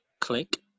Click